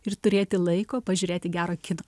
ir turėti laiko pažiūrėti gerą kiną